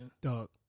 Dog